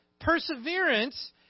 Perseverance